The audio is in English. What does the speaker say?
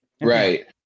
Right